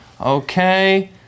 okay